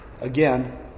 again